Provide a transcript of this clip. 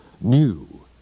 new